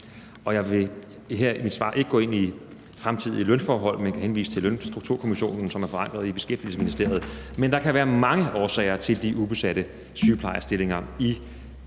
Jeg vil her i mit svar ikke gå ind i fremtidige lønforhold, men kan henvise til Lønstrukturkomitéen, som er forankret i Beskæftigelsesministeriet. Men der kan være mange årsager til de ubesatte sygeplejerskestillinger i regionerne